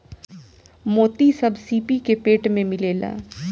मोती सब सीपी के पेट में मिलेला